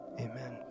amen